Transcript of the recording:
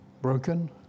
broken